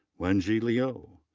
wenjie liao.